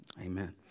amen